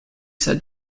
said